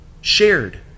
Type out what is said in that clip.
shared